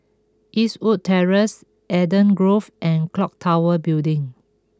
Eastwood Terrace Eden Grove and Clock Tower Building